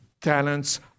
talents